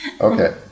Okay